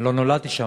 אני לא נולדתי שם,